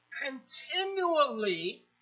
continually